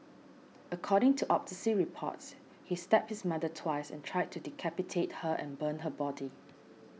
according to autopsy reports he stabbed his mother twice and tried to decapitate her and burn her body